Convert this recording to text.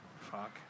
Fuck